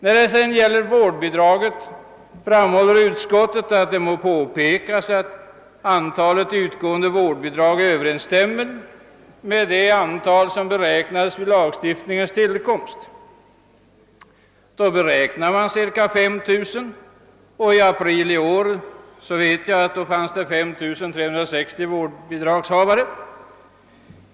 När det gäller vårdbidraget framhåller utskottet att »det må —— påpekas att antalet utgående vårdbidrag överensstämmer med det antal som beräknades vid lagstiftningens tillkomst». Då räknade man med cirka 5 000, och i april i år fanns det 5 360 vårdbidragshavare.